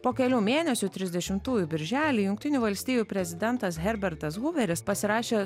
po kelių mėnesių trisdešimtųjų birželį jungtinių valstijų prezidentas herbertas huveris pasirašė